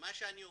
מה שאני אומר,